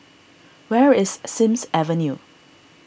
where is Sims Avenue